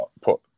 put